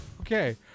Okay